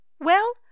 Well